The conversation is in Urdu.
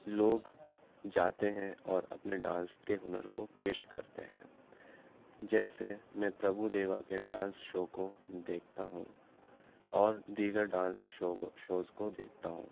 لوگ جاتے ہیں اور اپنے ڈانس کے ہنر کو پیش کرتے ہیں جیسے میں پربھو دیوا کے ڈانس شو کو دیکھتا ہوں اور دیگر ڈانس شو کو شوز کو دیکھتا ہوں